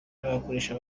n’abakoresha